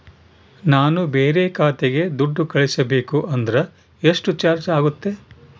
ನಾನು ಬೇರೆ ಖಾತೆಗೆ ದುಡ್ಡು ಕಳಿಸಬೇಕು ಅಂದ್ರ ಎಷ್ಟು ಚಾರ್ಜ್ ಆಗುತ್ತೆ?